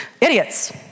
idiots